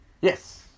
Yes